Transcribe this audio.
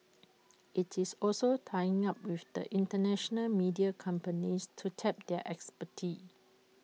IT is also tying up with the International media companies to tap their expertise